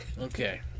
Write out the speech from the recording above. Okay